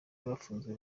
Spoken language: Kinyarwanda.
bafunzwe